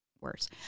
worse